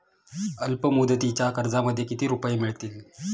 अल्पमुदतीच्या कर्जामध्ये किती रुपये मिळतील?